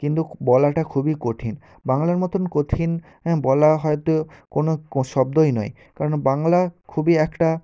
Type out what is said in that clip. কিন্তু বলাটা খুবই কঠিন বাংলার মতন কঠিন বলা হয়তো কোনও শব্দই নয় কেননা বাংলা খুবই একটা